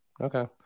Okay